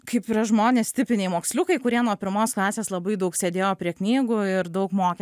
kaip yra žmonės tipiniai moksliukai kurie nuo pirmos klasės labai daug sėdėjo prie knygų ir daug mokėsi